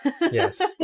Yes